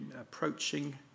approaching